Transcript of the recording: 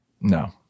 No